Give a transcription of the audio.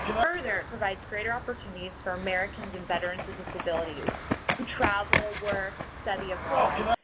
further, it provides greater opportunities for americans and veterans with disabilities to travel, work, study abroad.